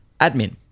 admin